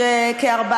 רגע,